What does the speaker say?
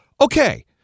Okay